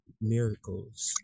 miracles